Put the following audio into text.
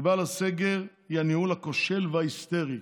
הסיבה לסגר היא הניהול הכושל, וההיסטרי.